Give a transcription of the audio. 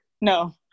No